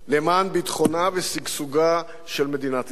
למען ביטחונה ושגשוגה של מדינת ישראל.